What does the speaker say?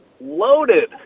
loaded